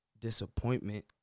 disappointment